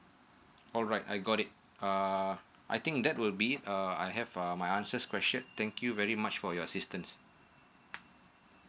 alright I got it uh I think that would be a I have a my answers question thank you very much for your assistance